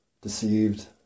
deceived